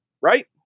right